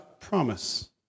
promise